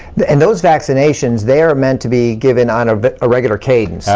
and those vaccinations, they are meant to be given on a regular cadence.